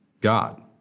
God